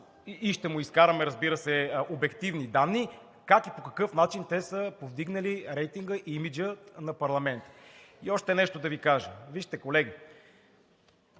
и ще му изкарам, разбира се, обективни данни как и по какъв начин те са повдигнали рейтинга и имиджа на парламента. И още нещо да Ви кажа – вижте, колеги,